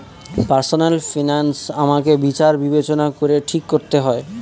personal finance আমাকে বিচার বিবেচনা করে ঠিক করতে হয়